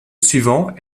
suivant